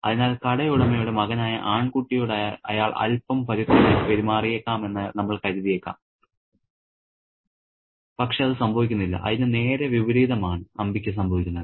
അതിനാൽ കടയുടമയുടെ മകനായ ആൺകുട്ടിയോട് അയാൾ അൽപ്പം പരുക്കനായി പെരുമാറിയേക്കാമെന്ന് നമ്മൾ കരുതിയേക്കാം പക്ഷേ അത് സംഭവിക്കുന്നില്ല അതിന് നേരെ വിപരീതമാണ് അമ്പിക്ക് സംഭവിക്കുന്നത്